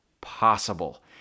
possible